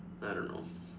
I don't know